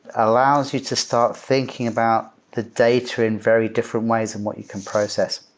allows you to start thinking about the data in very different ways and what you can process.